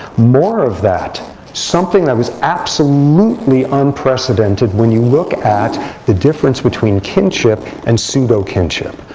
more of that something that was absolutely unprecedented when you look at the difference between kinship and pseudo kinship.